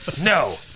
No